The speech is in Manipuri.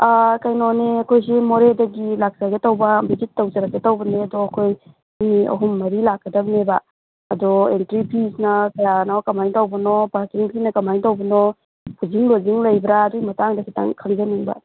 ꯀꯩꯅꯣꯅꯦ ꯑꯩꯈꯣꯏꯁꯦ ꯃꯣꯔꯦꯗꯒꯤ ꯂꯥꯛꯆꯒꯦ ꯇꯧꯕ ꯚꯤꯖꯤꯠ ꯇꯧꯖꯔꯛꯀꯦ ꯇꯧꯕꯅꯦ ꯑꯗꯣ ꯑꯩꯈꯣꯏ ꯃꯤ ꯑꯍꯨꯝ ꯃꯔꯤ ꯂꯥꯛꯀꯗꯕꯅꯦꯕ ꯑꯗꯣ ꯑꯦꯟꯇ꯭ꯔꯤ ꯐꯤꯁꯤꯅ ꯀꯌꯥꯅꯣ ꯀꯃꯥꯏꯅ ꯇꯧꯕꯅꯣ ꯄꯥꯔꯀꯤꯡ ꯐꯤꯅ ꯀꯃꯥꯏꯅ ꯇꯧꯕꯅꯣ ꯐꯨꯗꯤꯡ ꯂꯣꯗꯤꯡ ꯂꯩꯕ꯭ꯔꯥ ꯑꯗꯨꯒꯤ ꯃꯇꯥꯡꯗ ꯈꯤꯇꯪ ꯈꯪꯖꯅꯤꯡꯕ